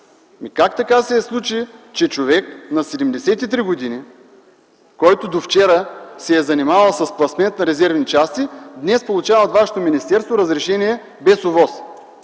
Как така се случи, че човек на 73 години, който до вчера се е занимавал с пласмент на резервни части, днес получава от вашето министерство разрешение без ОВОС.